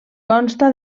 consta